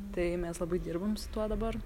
tai mes labai dirbam su tuo dabar